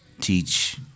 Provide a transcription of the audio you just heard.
teach